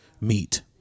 meet